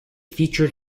featured